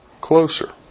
closer